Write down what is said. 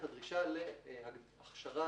"מצבי טיסה חריגים" - כמשמעותם בהגדרה "הדרכה